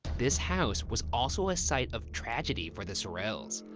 this house was also a site of tragedy for the sorrels.